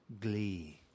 Glee